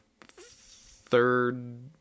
third